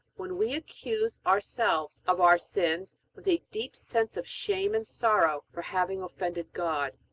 when we accuse our selves of our sins, with a deep sense of shame and sorrow for having offended god.